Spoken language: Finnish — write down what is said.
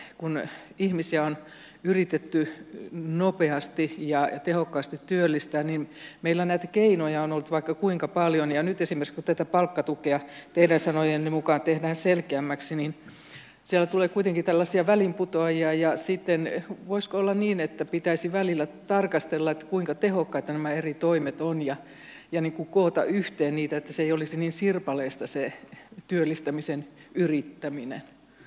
kun ihmisiä on yritetty nopeasti ja tehokkaasti työllistää niin meillä näitä keinoja on ollut vaikka kuinka paljon ja kun nyt esimerkiksi tätä palkkatukea teidän sanojenne mukaan tehdään selkeämmäksi niin siellä tulee kuitenkin tällaisia väliinputoajia ja voisiko sitten olla niin että pitäisi välillä tarkastella kuinka tehokkaita nämä eri toimet ovat ja koota yhteen niitä niin että se työllistämisen yrittäminen ei olisi niin sirpaleista